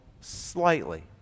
slightly